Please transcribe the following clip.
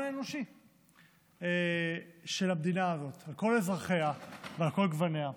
האנושי של המדינה הזאת על כל אזרחיה ועל כל גווניה.